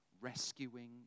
rescuing